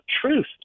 truth